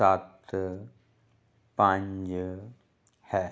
ਸੱਤ ਪੰਜ ਹੈ